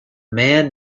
man